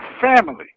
family